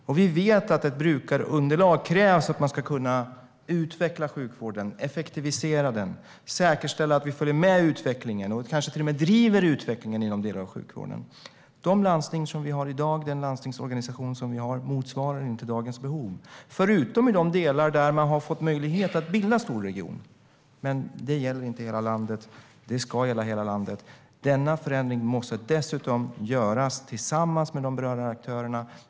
Vi vet att det krävs ett brukarunderlag för att man ska kunna utveckla sjukvården, effektivisera den och säkerställa att vi följer med i och kanske till och med driver utvecklingen inom delar av sjukvården. De landsting och den landstingsorganisation som vi har i dag motsvarar inte dagens behov, förutom i de delar där man har fått möjlighet att bilda storregion. Men det gäller inte hela landet. Det ska gälla hela landet. Denna förändring måste dessutom göras tillsammans med de berörda aktörerna.